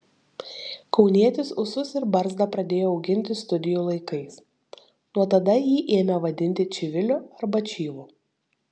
kaunietis ūsus ir barzdą pradėjo auginti studijų laikais nuo tada jį ėmė vadinti čiviliu arba čyvu